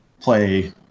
play